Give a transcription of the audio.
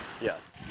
Yes